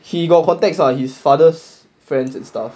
he got contacts ah his father's friends and stuff